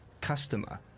customer